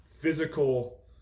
physical